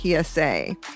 PSA